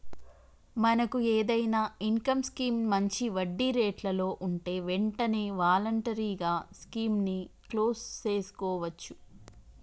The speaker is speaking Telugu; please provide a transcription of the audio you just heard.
మనకు ఏదైనా ఇన్కమ్ స్కీం మంచి వడ్డీ రేట్లలో ఉంటే వెంటనే వాలంటరీగా స్కీమ్ ని క్లోజ్ సేసుకోవచ్చు